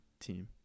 team